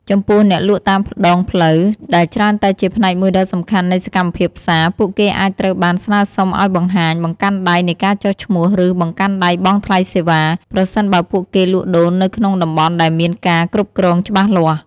ចំពោះ អ្នកលក់តាមដងផ្លូវ ដែលច្រើនតែជាផ្នែកមួយដ៏សំខាន់នៃសកម្មភាពផ្សារ ពួកគេអាចត្រូវបានស្នើសុំឱ្យបង្ហាញ បង្កាន់ដៃនៃការចុះឈ្មោះ ឬ បង្កាន់ដៃបង់ថ្លៃសេវា ប្រសិនបើពួកគេលក់ដូរនៅក្នុងតំបន់ដែលមានការគ្រប់គ្រងច្បាស់លាស់។